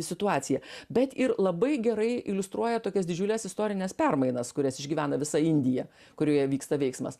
situaciją bet ir labai gerai iliustruoja tokias didžiules istorines permainas kurias išgyvena visa indija kurioje vyksta veiksmas